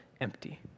empty